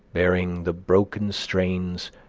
bearing the broken strains,